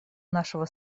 нашего